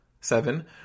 seven